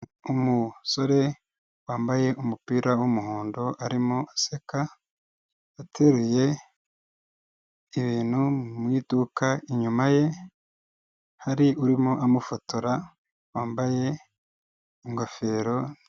Umusore wambaye umupira w'umuhondo arimo aseka, ateruye ibintu mu iduka, inyuma ye hari urimo amufotora, wambaye ingofero.